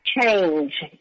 change